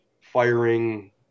firing